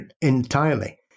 entirely